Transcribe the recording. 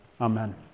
Amen